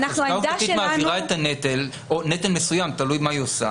חזקה עובדתית מעבירה את הנטל או נטל מסוים תלוי מה היא עושה